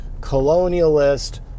colonialist